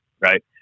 Right